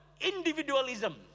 individualism